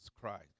Christ